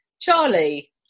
Charlie